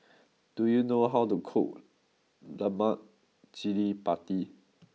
do you know how to cook Lemak Cili Padi